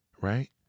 Right